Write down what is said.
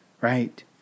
right